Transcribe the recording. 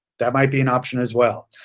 that might be an option as well.